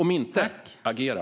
Om inte, agera!